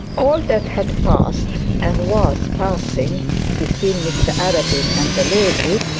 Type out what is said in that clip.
all that had passed, and was passing between mr arabin and the lady,